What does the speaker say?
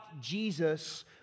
Jesus